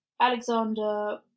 Alexander